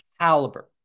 caliber